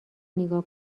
نیگا